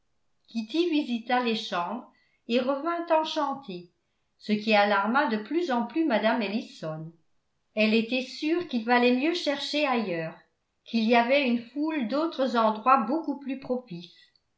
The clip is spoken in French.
kitty visita les chambres et revint enchantée ce qui alarma de plus en plus mme ellison elle était sûre qu'il valait mieux chercher ailleurs qu'il y avait une foule d'autres endroits beaucoup plus propices